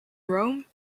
rome